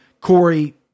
Corey